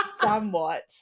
somewhat